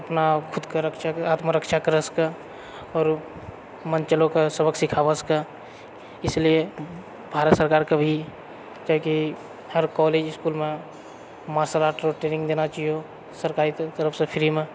अपना खुदके रक्षा आत्मरक्षा करए सकए आओर मनचलोके सबक सिखाबए सकए ईसलिए भारत सरकारके भी चाही की हर कॉलेज इसकुलमे मार्शल आर्ट रऽ ट्रेनिङ्ग देना चहिए सरकारी तरफसँ फ्रीमे